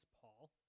Paul